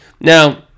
Now